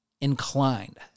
inclined